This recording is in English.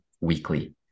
weekly